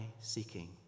seeking